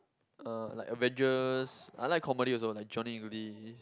uh like Avengers I like comedy also like Johnny-English